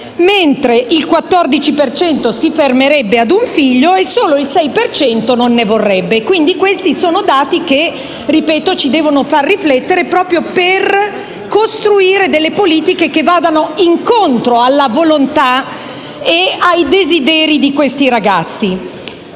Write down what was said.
per cento si fermerebbe ad un figlio e solo il 6 per cento non ne vorrebbe. Quindi, questi sono dati che ci devono far riflettere, proprio per costruire delle politiche che vadano incontro alla volontà e ai desideri di questi ragazzi.